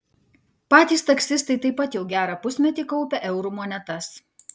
patys taksistai taip pat jau gerą pusmetį kaupia eurų monetas